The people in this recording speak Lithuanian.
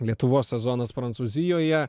lietuvos sezonas prancūzijoje